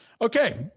Okay